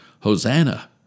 Hosanna